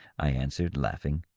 i answered, laughing.